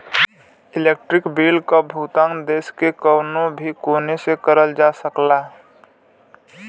electronic bill क भुगतान देश के कउनो भी कोने से करल जा सकला